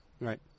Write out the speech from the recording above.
Right